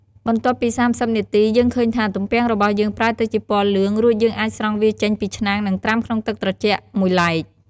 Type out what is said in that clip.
បន្ទាប់ពី៣០នាទី យើងឃើញថា ទំពាំងរបស់យើងប្រែទៅជាពណ៌លឿង រួចយើងអាចស្រង់វាចេញពីឆ្នាំង និងត្រាំក្នុងទឹកត្រជាក់មួយឡែក។